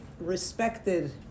respected